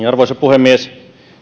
arvoisa puhemies